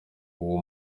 uwo